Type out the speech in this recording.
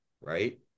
right